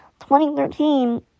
2013